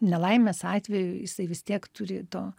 nelaimės atveju jisai vis tiek turi to